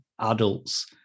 adults